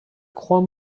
croix